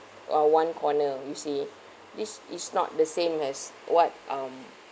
uh one corner you see this is not the same as what um